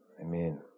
Amen